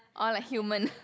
orh like human